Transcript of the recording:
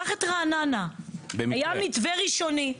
קח את רעננה היה מתווה ראשוני,